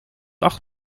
acht